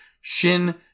Shin